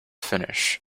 finish